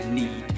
need